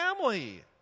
family